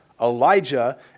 Elijah